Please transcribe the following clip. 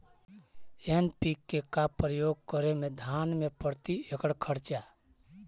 NPK का प्रयोग करे मे धान मे प्रती एकड़ खर्चा?